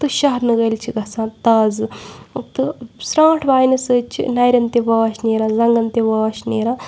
تہٕ شاہ نٲلۍ چھِ گژھان تازٕ تہٕ سرٛانٛٹھ وایِنہِ سۭتۍ چھِ نَرٮ۪ن تہِ واش نیران زَنٛگَن تہِ واش نیران